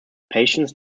patients